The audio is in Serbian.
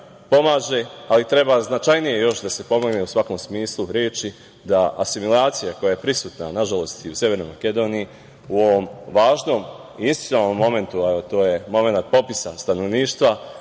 ali treba značajnije još da se pomogne u svakom smislu reči, da asimilacija koja je prisutna, nažalost, i u Severnoj Makedoniji, u ovom važnom institucionalnom momentu a to je momenat popisa stanovništva,